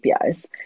APIs